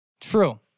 True